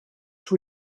tous